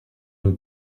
une